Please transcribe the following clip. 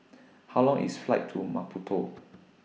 How Long IS The Flight to Maputo